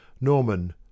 norman